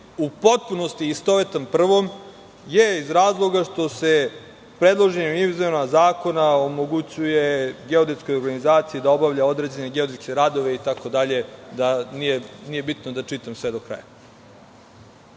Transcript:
u potpunosti istovetan prvom, je iz razloga, što se predloženim izmenama zakona omogućuje geodetskoj organizaciji da obavlja određene geodetske radove, itd. Nije bitno da čitam sve do kraja. Nije